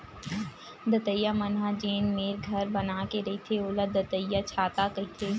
दतइया मन ह जेन मेर घर बना के रहिथे ओला दतइयाछाता कहिथे